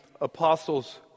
Apostles